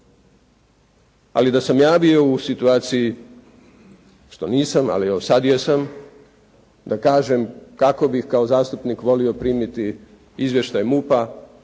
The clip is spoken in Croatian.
Ali da sam ja bio u situaciji, što nisam, ali evo sad jesam da kažem kako bih kao zastupnik volio primiti izvještaj MUP-a,